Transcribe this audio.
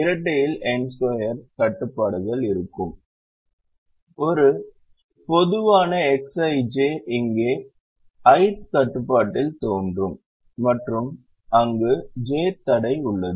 இரட்டையில் n2 கட்டுப்பாடுகள் இருக்கும் ஒரு பொதுவான Xij இங்கே ith கட்டுப்பாட்டில் தோன்றும் மற்றும் அங்கு jth தடை உள்ளது